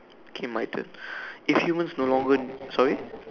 okay my turn if humans no longer sorry